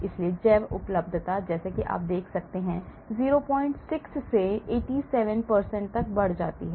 इसलिए जैवउपलब्धता जैसा कि आप देख सकते हैं 06 से 87 तक बढ़ जाती है